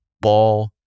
ball